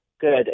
Good